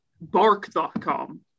bark.com